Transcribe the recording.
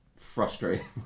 frustrating